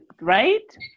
Right